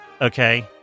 Okay